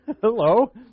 Hello